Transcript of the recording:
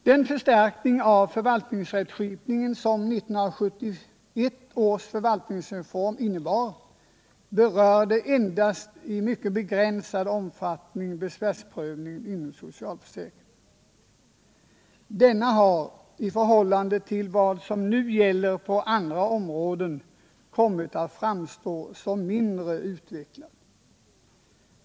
Den förstärkning av förvaltningsrättskipningen som 1971 års förvaltningsreform innebar berörde endast i mycket begränsad omfattning besvärsprövningen inom socialförsäkringen. Denna har i förhållande till vad som nu gäller på andra områden kommit att framstå som mindre utvecklad.